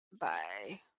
bye